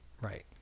Right